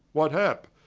what happe?